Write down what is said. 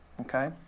Okay